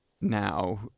now